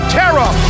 terror